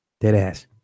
Deadass